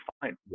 fine